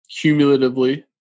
cumulatively